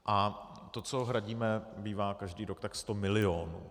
A to, co hradíme, bývá každý rok tak 100 milionů.